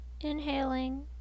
inhaling